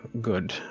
good